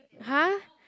!huh!